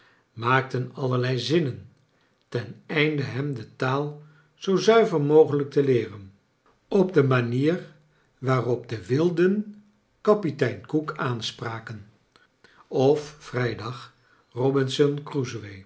maakten allerlei zinnen ten einde hem de taal zoo zuiver mogelijk te leeren op de manier waarop de wilden kapitein cook aanspraken of vrijdag robinson